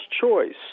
choice